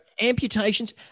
amputations